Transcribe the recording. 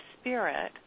spirit